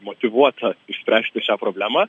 motyvuota išspręsti šią problemą